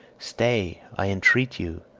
stay, i entreat you!